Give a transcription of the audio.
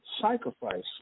sacrifice